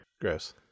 Gross